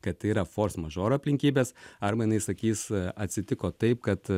kad tai yra fors mažor aplinkybės arba jinai sakys atsitiko taip kad